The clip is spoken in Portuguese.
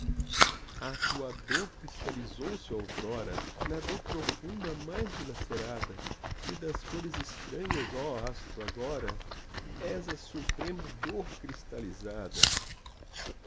tua dor cristalizou se outrora na dor profunda mais dilacerada e das cores estranhas ó astro agora és a suprema dor cristalizada